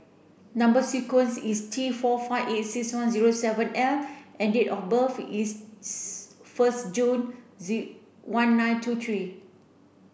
number sequence is T four five eight six one zero seven L and date of birth is first June one nine two three